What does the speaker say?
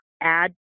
add